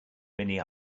many